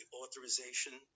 authorization